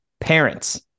Parents